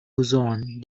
luzon